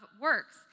works